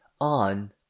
On